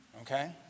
okay